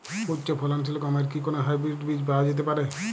উচ্চ ফলনশীল গমের কি কোন হাইব্রীড বীজ পাওয়া যেতে পারে?